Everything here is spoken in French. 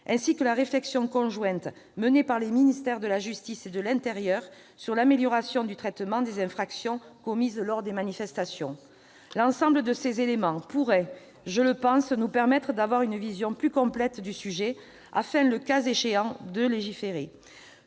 ainsi que la réflexion conjointe menée par les ministères de la justice et de l'intérieur sur l'amélioration du traitement des infractions commises lors des manifestations. L'ensemble de ces éléments pourrait, je le pense, nous permettre d'avoir une vision plus complète du sujet afin, le cas échéant, de légiférer.